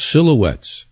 Silhouettes